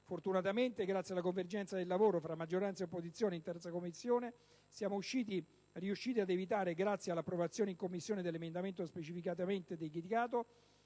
Fortunatamente, grazie alla convergenza del lavoro fra maggioranza ed opposizione in 3a Commissione, siamo riusciti ad evitare, grazie all'approvazione in Commissione dell'emendamento specificamente dedicato,